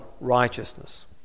Righteousness